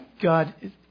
God